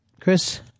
Chris